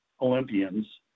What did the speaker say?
Olympians